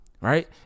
Right